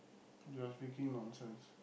you were speaking nonsense